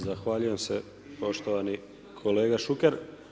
Zahvaljujem se poštovani kolega Šuker.